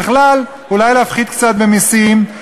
בכלל אולי להפחית קצת במסים,